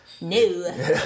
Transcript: No